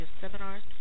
seminars